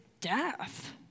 death